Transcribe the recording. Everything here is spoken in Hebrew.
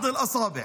(אומר בערבית:).